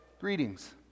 Greetings